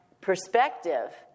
perspective